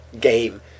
game